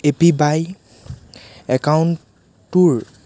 এ P Y একাউণ্টটোৰ